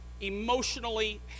emotionally